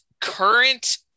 current